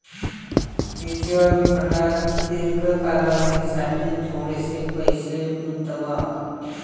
mutual फंडात दीर्घ कालावधीसाठी थोडेसे पैसे गुंतवा